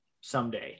someday